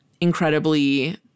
incredibly